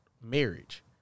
marriage